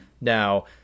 Now